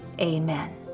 amen